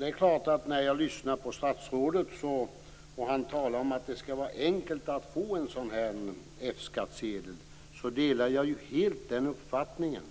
Herr talman! Statsrådet talade om att det skall vara enkelt att få en F-skattsedel. Jag delar helt den uppfattningen.